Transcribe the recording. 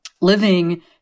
living